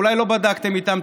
אולי לא בדקתם איתם,